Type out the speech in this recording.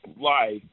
life